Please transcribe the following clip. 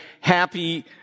happy